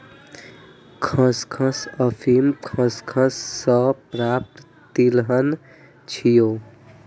खसखस अफीम खसखस सं प्राप्त तिलहन छियै